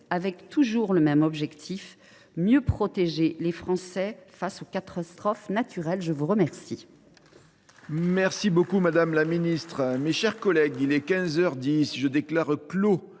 toujours le même objectif : mieux protéger les Français face aux catastrophes naturelles. Mes chers